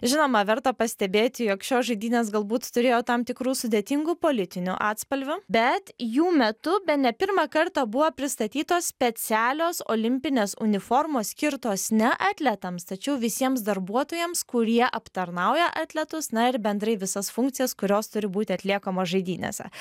žinoma verta pastebėti jog šios žaidynės galbūt turėjo tam tikrų sudėtingų politinių atspalvių bet jų metu bene pirmą kartą buvo pristatytos specialios olimpinės uniformos skirtos ne atletams tačiau visiems darbuotojams kurie aptarnauja atletus na ir bendrai visas funkcijas kurios turi būti atliekamos žaidynėse